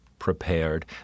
prepared